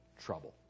trouble